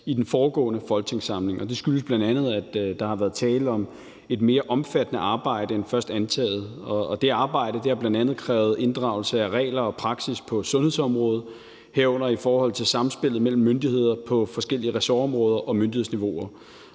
i den foregående folketingssamling, og det skyldes bl.a., at der har været tale om et mere omfattende arbejde end først antaget. Det arbejde har bl.a. krævet inddragelse af regler og praksis på sundhedsområdet, herunder i forhold til samspillet mellem myndigheder på forskellige ressortområder og myndighedsniveauer.